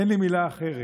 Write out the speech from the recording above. אין לי מילה אחרת,